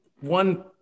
one